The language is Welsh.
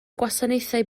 gwasanaethau